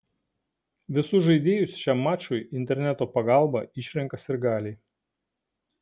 visus žaidėjus šiam mačui interneto pagalba išrenka sirgaliai